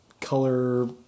color